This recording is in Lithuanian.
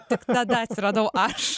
tik tada atsiradau aš